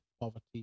poverty